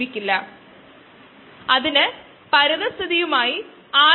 നമ്മൾ അതിൽ പ്രവേശിക്കുകയില്ല ഇ